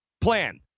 plan